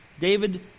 david